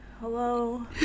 Hello